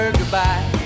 goodbye